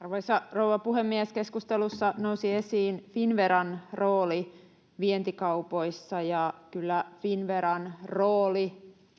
Arvoisa rouva puhemies! Keskustelussa nousi esiin Finnveran rooli vientikaupoissa, ja kyllä Finnveran rooli